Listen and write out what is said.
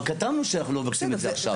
אבל כתבנו שאנחנו לא מבקשים את זה עכשיו.